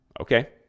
Okay